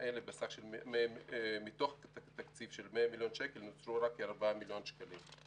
אלה בסך של 100 מיליון שקלים נוצלו רק כ-4 מיליון שקלים.